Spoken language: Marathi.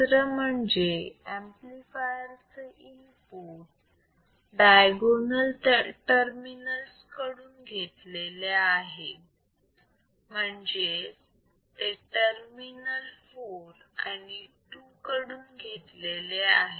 दुसर म्हणजे अंपलिफायर चे इनपुट डायगोनल टर्मिनल्स कडून घेतलेले आहे म्हणजेच ते टर्मिनल 4 आणि 2 कडून घेतले आहे